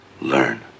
learn